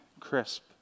crisp